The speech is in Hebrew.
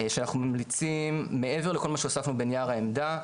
שאנחנו ממליצים מעבר לכל מה שהוספנו בנייר העמדה,